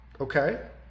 Okay